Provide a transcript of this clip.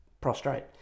prostrate